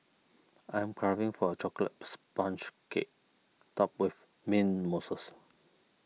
I am craving for a Chocolate Sponge Cake Topped with Mint Mousses